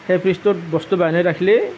সেই ফ্ৰিজটোত বস্তু বাহানি ৰাখিলে